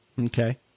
Okay